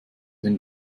wenn